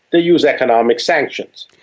they use economic sanctions.